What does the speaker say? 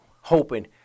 hoping